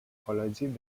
col·legi